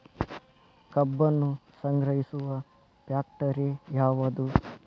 ಕಬ್ಬನ್ನು ಸಂಗ್ರಹಿಸುವ ಫ್ಯಾಕ್ಟರಿ ಯಾವದು?